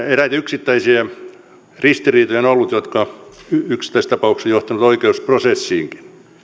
eräitä yksittäisiä ristiriitoja jotka ovat yksittäistapauksissa johtaneet oikeusprosessiinkin